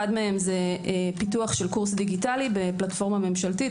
אחד מהם פיתוח קורס דיגיטלי בפלטפורמה ממשלתית,